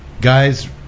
guys